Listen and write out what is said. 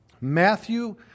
Matthew